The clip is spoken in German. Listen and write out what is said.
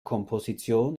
komposition